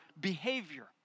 behavior